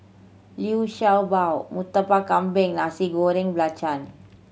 Liu Sha Bao Murtabak Kambing Nasi Goreng Belacan